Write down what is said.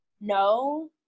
no